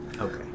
Okay